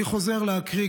אני חוזר להקריא,